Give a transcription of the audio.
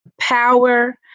power